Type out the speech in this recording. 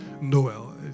Noel